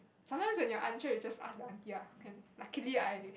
sometimes when you are unsure you just ask the aunty lah can luckily I